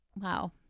wow